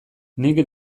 nik